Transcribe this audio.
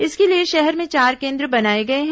इसके लिए शहर में चार केन्द्र बनाए गए हैं